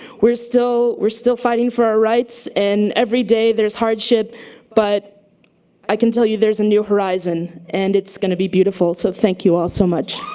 we're still we're still fighting for our rights and every day there's hardship but i can tell you there's a new horizon and it's gonna be beautiful, so thank you all so much.